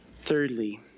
Thirdly